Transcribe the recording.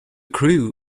crew